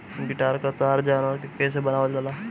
guitar क तार जानवर के केस से बनावल जाला